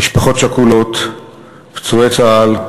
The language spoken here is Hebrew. משפחות שכולות, פצועי צה"ל,